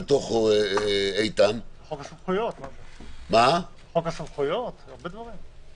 איתן --- בחוק הסמכויות הרבה דברים.